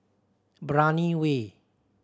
Brani Way